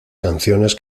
canciones